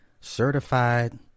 certified